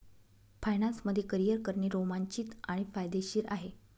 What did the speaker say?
finance मध्ये career करणे रोमांचित आणि फायदेशीर आहे